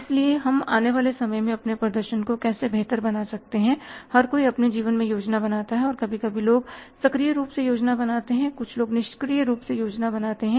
इसलिए हम आने वाले समय में अपने प्रदर्शन को कैसे बेहतर बना सकते हैं हर कोई अपने जीवन में योजना बनाता है कभी कभी लोग सक्रिय रूप से योजना बनाते हैं कुछ लोग निष्क्रिय रूप से योजना बनाते हैं